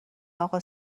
اقا